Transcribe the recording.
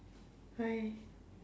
why